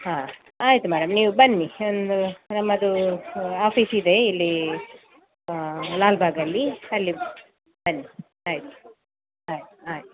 ಹಾಂ ಆಯ್ತು ಮೇಡಮ್ ನೀವು ಬನ್ನಿ ನಮ್ಮದು ಆಫೀಸ್ ಇದೆ ಇಲ್ಲಿ ಲಾಲ್ಬಾಗಲ್ಲಿ ಅಲ್ಲಿ ಬನ್ನಿ ಆಯ್ತು ಆಯ್ತು ಆಯ್ತು